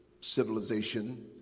civilization